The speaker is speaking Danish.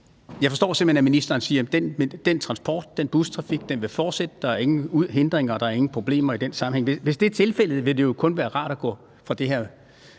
Jeg forstår, at ministeren simpelt hen siger, at den transport, den bustrafik vil fortsætte – der er ingen hindringer, og der er ingen problemer i den sammenhæng. Hvis det er tilfældet, vil det jo kun være rart at kunne gå herfra